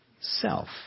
self